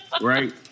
right